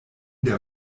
der